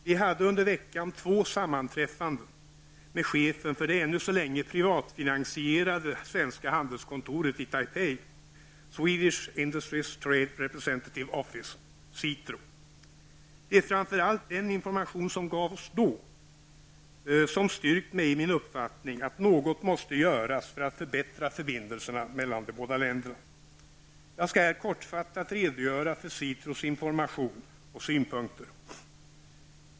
Vi hade under veckan två sammanträffanden med chefen för det ännu så länge privatfinansierade svenska handelskontoret i Taipei, Swedish Industries Trade Representative Office . Det är framför allt den information som gav oss då som styrkt mig i min uppfattning att något måste göras för att förbättra förbindelserna mellan de båda länderna. Jag skall här kortfattat redogöra för SITROs information och synpunkter.